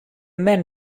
men